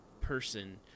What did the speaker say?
person